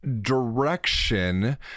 direction